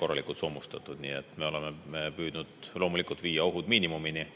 korralikult soomustatud. Nii et me oleme püüdnud loomulikult viia ohud miinimumini.